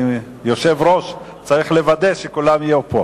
יושב-ראש צריך לוודא שכולם יהיו פה.